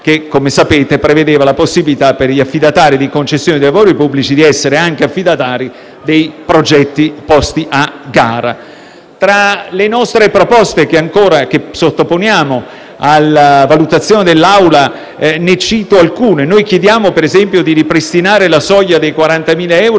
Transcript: che, come sapete, prevedeva la possibilità per gli affidatari di concessione di lavori pubblici di essere anche affidatari dei progetti posti a gara. Delle nostre proposte che sottoponiamo alla valutazione dell'Assemblea ne cito alcune. Noi chiediamo, per esempio, di ripristinare la soglia dei 40.000 euro